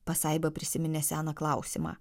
pasaiba prisiminė seną klausimą